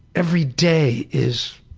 every day is